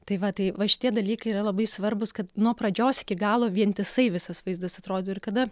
tai va tai va šitie dalykai yra labai svarbūs kad nuo pradžios iki galo vientisai visas vaizdas atrody ir kada